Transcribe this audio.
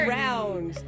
round